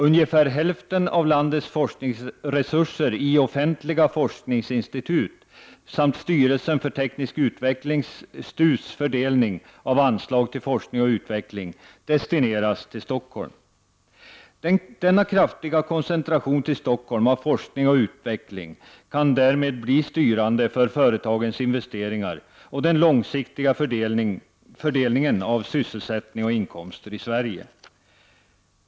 Ungefär häflten av landets forskningsresurser i offentliga forskningsinstitut samt styrelsens för teknisk utveckling, STU, fördelning av anslag till forskning och utveckling destineras till Stockholm. Den kraftiga koncentrationen till Stockholm av forskning och utveckling kan därmed bli styrande för företagens investeringar och för den långsiktiga fördelningen av sysselsättning och inkomster i Sverige.